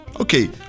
Okay